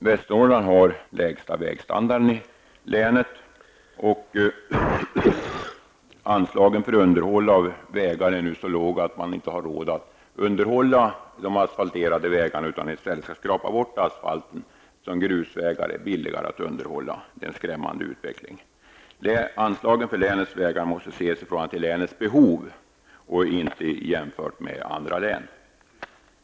Västernorrland har den sämsta vägstandarden i landet, och anslagen för underhåll av vägar är nu så låga att man inte har råd att underhålla de asfalterade vägarna, att man i stället skall skrapa bort asfalten, eftersom grusvägar är billigare att underhålla. Detta är en skrämmande utveckling! Anslagen för länets vägar måste ses i förhållande till länets behov och inte jämföras med andra län.